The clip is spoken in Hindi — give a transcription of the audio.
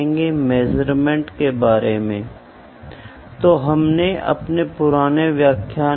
अगर आप देखें मेजरमेंट एक बहुत ही जरूरी विषय है